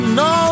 no